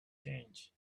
change